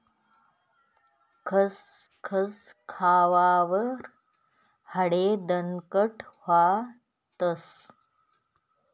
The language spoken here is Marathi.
खसखस खावावर हाडे दणकट व्हतस